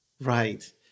Right